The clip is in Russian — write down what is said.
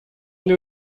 для